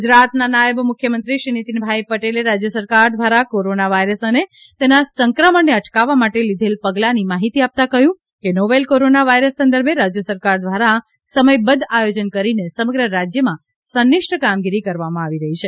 ગુજરાતના નાયબ મુખ્યમંત્રી શ્રી નીતિનભાઇ પટેલે રાજ્ય સરકાર દ્વારા કોરોના વાયરસ અને તેના સંક્રમણને અટકાવવા માટે લીઘેલ પગલાંની માહિતી આપતા કહ્યું કે નોવેલ કોરોના વાયરસ સંદર્ભે રાજ્ય સરકાર દ્વારા સમયબદ્ધ આયોજન કરીને સમગ્ર રાજયમાં સંન્નિષ્ઠ કામગીરી કરવામાં આવી રહી છે